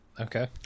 Okay